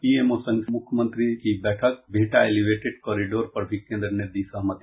PMO संग CM की बैठक बिहटा एलिवेटेड कॉरिडोर पर भी कोन्द्र ने दी सहमति